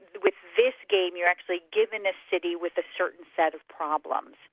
with this game, you're actually given a city with a certain set of problems.